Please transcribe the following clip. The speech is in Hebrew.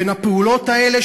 בין הפעולות האלה,